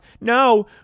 no